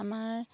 আমাৰ